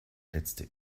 letzte